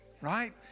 right